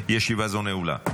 11:00. ישיבה זו נעולה.